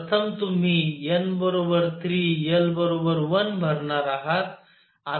तर प्रथम तुम्ही n 3 l 1 भरणार आहात